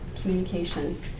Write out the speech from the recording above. communication